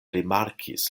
rimarkis